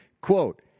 Quote